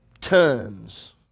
Tons